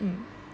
mm